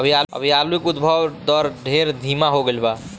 अभी आलू के उद्भव दर ढेर धीमा हो गईल बा